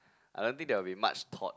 I don't think there will be much thought